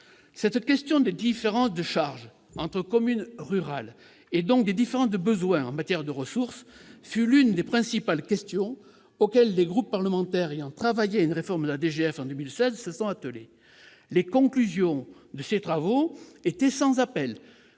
La question des différences de charges entre communes rurales, et donc des différences de besoins en matière de ressources, fut l'une des principales questions auxquelles les groupes parlementaires ayant travaillé à une réforme de la DGF en 2016 se sont attelés. Les conclusions de leurs travaux étaient sans appel